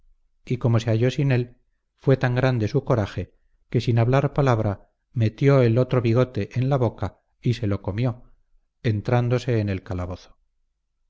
y como se halló sin él fue tan grande su coraje que sin hablar palabra metió el otro bigote en la boca y se lo comió entrándose en el calabozo